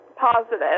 Positive